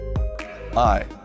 Hi